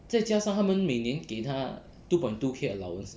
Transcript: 再加上他们每年给他 two point two K allowance 了